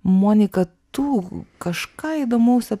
monika tu kažką įdomaus